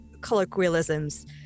colloquialisms